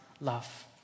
love